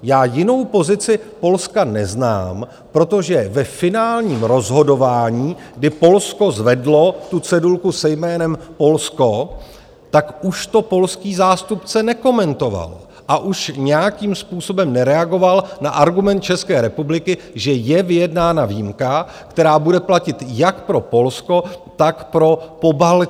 Já jinou pozici Polska neznám, protože ve finálním rozhodování, kdy Polsko zvedlo tu cedulku se jménem Polsko, tak už to polský zástupce nekomentoval a už nějakým způsobem nereagoval na argument České republiky, že je vyjednána výjimka, která bude platit jak pro Polsko, tak pro Pobaltí.